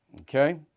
Okay